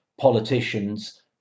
politicians